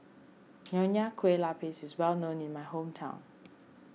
Nonya Kueh Lapis is well known in my hometown